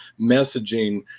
messaging